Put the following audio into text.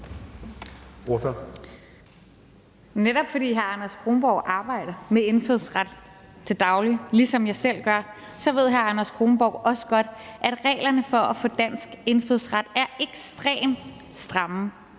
Netop fordi hr. Anders Kronborg arbejder med indfødsret til daglig, ligesom jeg selv gør, ved hr. Anders Kronborg også godt, at reglerne for at få dansk indfødsret er ekstremt stramme.